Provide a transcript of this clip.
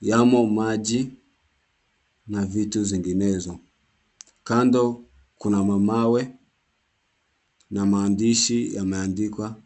Yamo maji na vitu zinginezo. Kando kuna mamawe na maandishi yameandikwa.